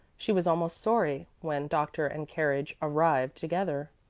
she was almost sorry when doctor and carriage arrived together.